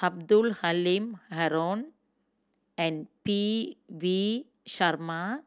Abdul Halim Haron and P V Sharma